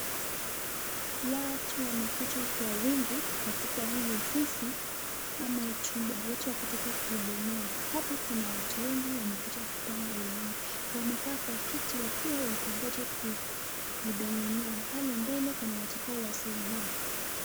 Watu wamekuja kwa wingi katika hii ofisi ama hii chumba wote wakitaka kuhudumiwa. Hapa kuna watu wengi wamekuja kupanga laini. Wamekaa kwa kiti wakiwa wakingoja kudamuniwa. Pale mbele kuna watakaowasaidia.